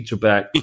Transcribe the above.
back